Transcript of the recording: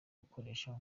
gukoresha